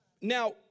Now